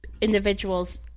individuals